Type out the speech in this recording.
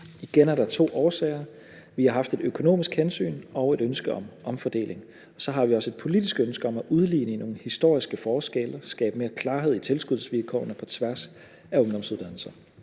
Igen er der to årsager: Vi har haft et økonomisk hensyn og et ønske om omfordeling, og så har vi også et politisk ønske om at udligne nogle historiske forskelle og skabe mere klarhed omkring tilskudsvilkårene på tværs af ungdomsuddannelserne.